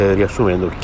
riassumendo